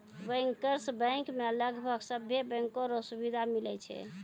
bankers bank मे लगभग सभे बैंको रो सुविधा मिलै छै